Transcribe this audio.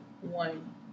one